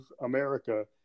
America